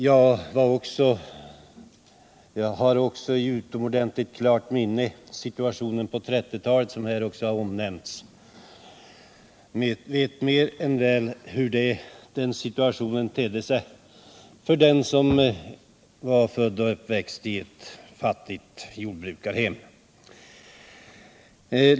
Jag har också i klart minne situationen på 1930-talet, vilken här också omnämnts, och jag vet mer än väl hur den situationen tedde sig för den som var född och uppvuxen i ett fattigt jordbrukarhem.